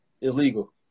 Illegal